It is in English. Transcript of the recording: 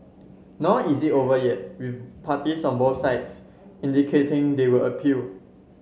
nor is it over yet with parties on both sides indicating they will appeal